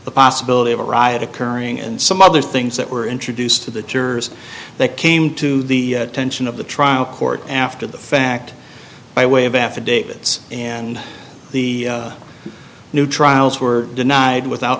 the possibility of a riot occurring and some other things that were introduced to the jurors that came to the attention of the trial court after the fact by way of affidavits and the new trials were denied without